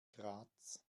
graz